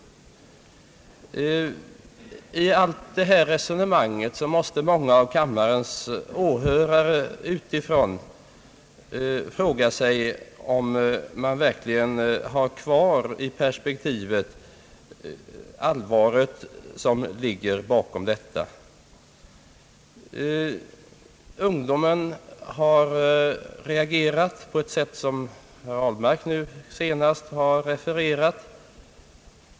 I hela detta resonemang måste många av kammarens ledamöter fråga sig om man verkligen har kvar i perspektivet det allvar som ligger bakom. Ungdomen har reagerat på ett sätt som herr Ahlmark nu senast har refererat.